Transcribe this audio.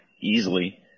easily